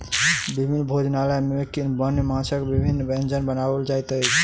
विभिन्न भोजनालय में वन्य माँछक विभिन्न व्यंजन बनाओल जाइत अछि